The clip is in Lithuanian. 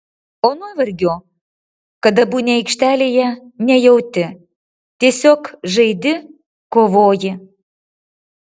o nuovargio kada būni aikštelėje nejauti tiesiog žaidi kovoji